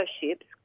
ships